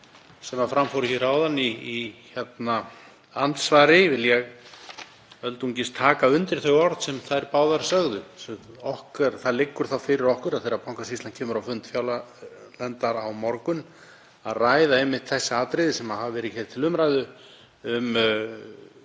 sem fram fór hér í andsvörum áðan vil ég öldungis taka undir þau orð sem þær báðar sögðu. Það liggur þá fyrir okkur þegar Bankasýslan kemur á fund fjárlaganefndar á morgun að ræða einmitt þau atriði sem hafa verið hér til umræðu um